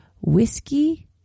whiskey